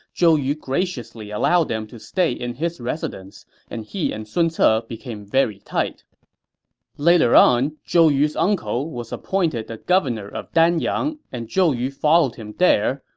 zhou yu graciously allowed them to stay in his residence, and he and sun ce ah became very tight later on, zhou yu's uncle was appointed the governor of danyang, and zhou yu followed him there,